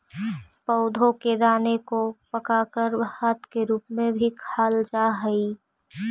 पौधों के दाने को पकाकर भात के रूप में भी खाईल जा हई